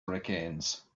hurricanes